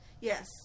Yes